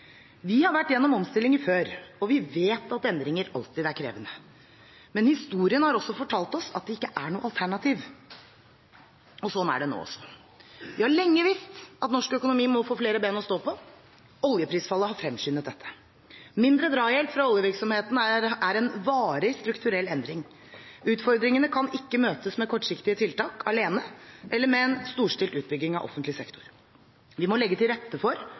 Vi har vært gjennom omstillinger før, og vi vet at endringer alltid er krevende. Men historien har også fortalt oss at det ikke er noe alternativ. Slik er det nå også. Vi har lenge visst at norsk økonomi må få flere ben å stå på. Oljeprisfallet har fremskyndet dette. Mindre drahjelp fra oljevirksomheten er en varig, strukturell endring. Utfordringene kan ikke møtes med kortsiktige tiltak alene eller med en storstilt utbygging av offentlig sektor. Vi må legge til rette for